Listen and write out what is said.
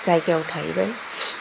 जायगायाव थाहैबाय